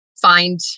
Find